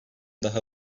daha